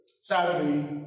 Sadly